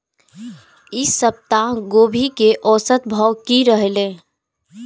ई सप्ताह गोभी के औसत भाव की रहले?